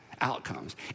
outcomes